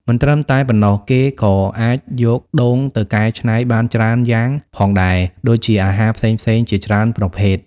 មិនត្រឹមតែប៉ុណ្ណោះ គេក៏អាចយកដូងទៅកែច្នៃបានច្រើនយ៉ាងផងដែរ ដូចជាអាហារផ្សេងៗជាច្រើនប្រភេទ។